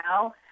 now